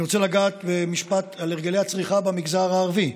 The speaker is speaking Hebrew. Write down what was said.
אני רוצה לגעת במשפט על הרגלי הצריכה במגזר הערבי.